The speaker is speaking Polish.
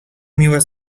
miłe